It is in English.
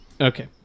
Okay